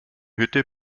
hütte